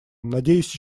надеюсь